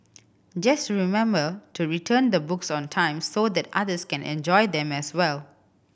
just remember to return the books on time so that others can enjoy them as well